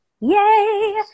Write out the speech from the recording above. Yay